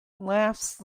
laughs